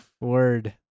Word